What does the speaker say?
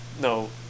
No